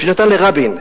כפי שנתן לרבין,